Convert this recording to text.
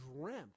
dreamt